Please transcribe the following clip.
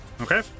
Okay